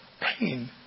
pain